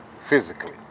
physically